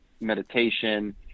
meditation